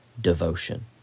devotion